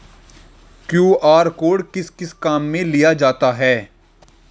QR code किस किस काम में लिया जाता है?